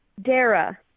Dara